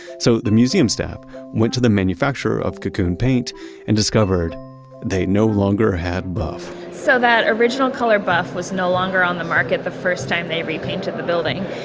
so the museum staff went to the manufacturer of cocoon paint and discovered they no longer had buff so that original color buff was no longer on the market, the first time they repainted the building.